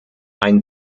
ein